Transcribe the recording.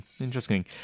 Interesting